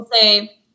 say